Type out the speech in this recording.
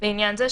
"לעניין זה,